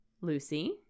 Lucy